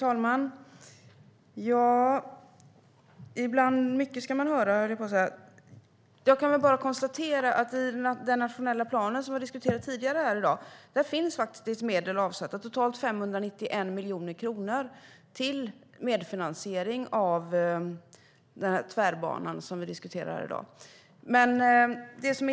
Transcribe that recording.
Fru talman! Mycket ska man höra, höll jag på att säga. Jag kan bara konstatera att i den nationella planen, som vi har diskuterat tidigare här i dag, finns faktiskt medel avsatta, totalt 591 miljoner kronor, till medfinansiering av Tvärbanan som vi diskuterar här i dag.